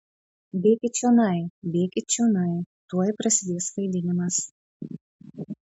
bėkit čionai bėkit čionai tuoj prasidės vaidinimas